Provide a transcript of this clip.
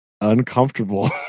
uncomfortable